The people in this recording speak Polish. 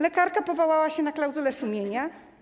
Lekarka powołała się na klauzulę sumienia.